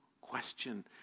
question